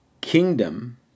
kingdom